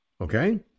okay